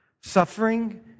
suffering